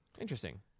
interesting